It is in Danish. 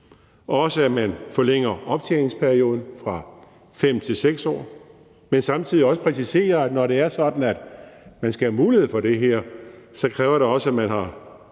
at man forlænger optjeningsperioden fra 5 til 6 år. Samtidig præciseres det, at når det er sådan, at man skal have mulighed for det her, kræver det også, havde